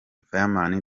fireman